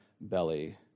belly